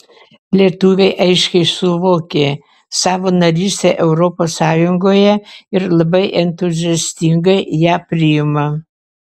lietuviai aiškiai suvokė savo narystę europos sąjungoje ir labai entuziastingai ją priima